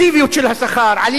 עלייה בשיעור האבטלה,